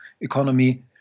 economy